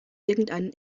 irgendeinen